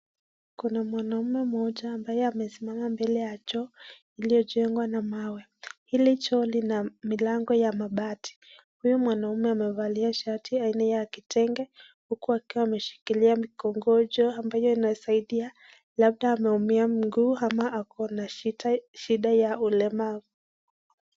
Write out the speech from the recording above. Kuna mwanaume mmoja ambaye amesimama mbele ya choo iliyo jengwa na mawe. Hili choo lina milango ya mabati, uyo mwanaume amevalia shati ya aina ya kitenge huku hakiwa ameshikilia mikongojo ambayo inasaidia labda ameumia mguu ama ako na shida ya ulemavu.